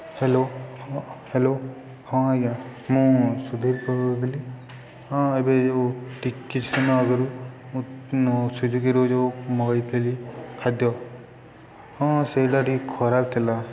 hello hello ହଁ ଆଜ୍ଞା ମୁଁ ସୁଧୀର୍ କହୁଥିଲି ହଁ ଏବେ ଯେଉଁ ଟିକିଏ କିଛି ସମୟ ଆଗରୁ ସ୍ଵିଗିରୁ ଯେଉଁ ମଗାଇଥିଲି ଖାଦ୍ୟ ହଁ ସେଇଟା ଟିକିଏ ଖରାପ ଥିଲା